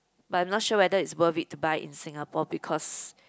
but I'm not sure whether it's worth it to buy in Singapore because